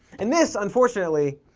and this, unfortunately,